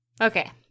Okay